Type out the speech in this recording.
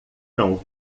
não